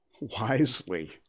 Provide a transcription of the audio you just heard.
wisely